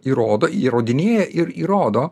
įrodo įrodinėja ir įrodo